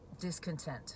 discontent